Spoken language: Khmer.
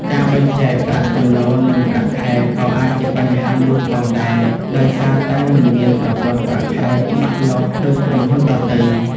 ការបែងចែក ប្រាក់ចំណូល និងប្រាក់ខែក៏អាចជាបញ្ហាមួយផងដែរ ដោយសារតែមិនមានប្រព័ន្ធប្រាក់ខែច្បាស់លាស់ដូចក្រុមហ៊ុនដទៃ។